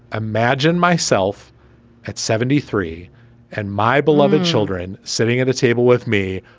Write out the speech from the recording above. imagine myself at seventy three and my beloved children sitting at a table with me,